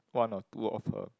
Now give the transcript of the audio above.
one or two of her